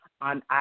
on